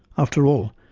after all,